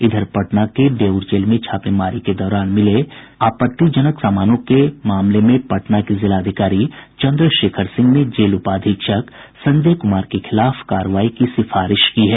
इधर पटना के बेऊर जेल में छापेमारी के दौरान मिले आपत्तिजनक सामानों के मामले में पटना के जिलाधिकारी चन्द्रशेखर सिंह ने जेल उपाधीक्षक संजय कुमार के खिलाफ कार्रवाई की सिफारिश की है